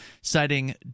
citing